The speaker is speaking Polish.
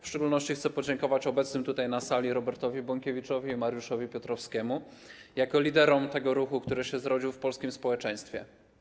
W szczególności chcę podziękować obecnym na sali Robertowi Bąkiewiczowi i Mariuszowi Piotrowskiemu jako liderom tego ruchu, który się zrodził w polskim społeczeństwie.